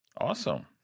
Awesome